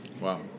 Wow